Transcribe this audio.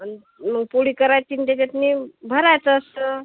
आणि मग पोळी करायची आणि त्याच्यात भरायचं असतं